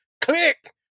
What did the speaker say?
click